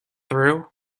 through